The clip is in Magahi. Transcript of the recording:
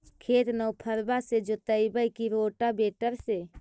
खेत नौफरबा से जोतइबै की रोटावेटर से?